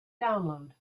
download